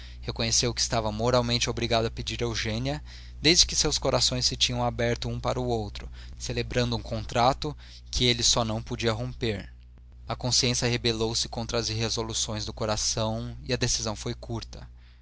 reconheceu que estava moralmente obrigado a pedir eugênia desde que seus corações se tinham aberto um para o outro celebrando um contrato que ele só não podia romper a consciência rebelou se contra as irresoluções do coração e a decisão foi curta